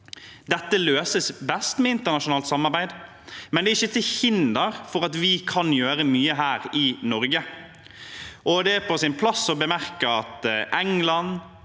Dette løses best med internasjonalt samarbeid, men det er ikke til hinder for at vi kan gjøre mye her i Norge. Det er på sin plass å bemerke at England,